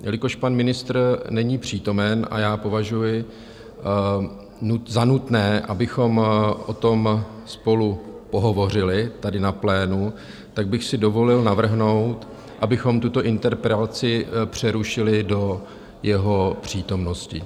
Jelikož pan ministr není přítomen a já považuji za nutné, abychom o tom spolu pohovořili tady na plénu, tak bych si dovolil navrhnout, abychom tuto interpelaci přerušili do jeho přítomnosti.